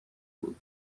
بود